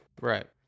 Right